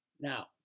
Now